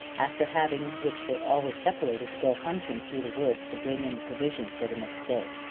after having which they always separated to go hunting through the woods to bring in the provisions for the next day.